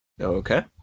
Okay